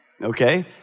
Okay